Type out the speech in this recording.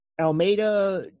Almeida